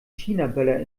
chinaböller